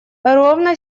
ровно